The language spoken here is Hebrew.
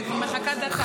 אני מחכה דקה.